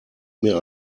mir